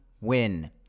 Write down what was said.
win